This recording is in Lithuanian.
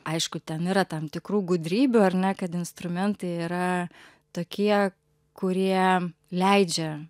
aišku ten yra tam tikrų gudrybių ar ne kad instrumentai yra tokie kurie leidžia